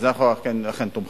אז לכן אנחנו תומכים.